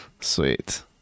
Sweet